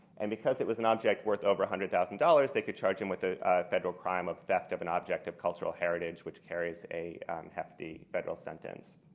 and because it was an object worth over one hundred thousand dollars, they could charge him with a federal crime of theft of an object of cultural heritage which carries a hefty federal sentence.